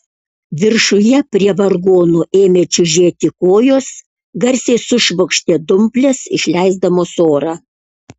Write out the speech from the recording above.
viršuje prie vargonų ėmė čiužėti kojos garsiai sušvokštė dumplės išleisdamos orą